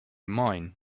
mine